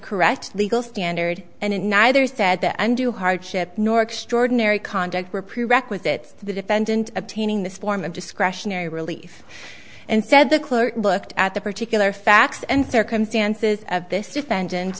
correct legal standard and neither said that undue hardship nor extraordinary conduct wrecked with it the defendant obtaining this form of discretionary relief and said the clerk looked at the particular facts and circumstances of this defendant